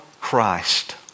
Christ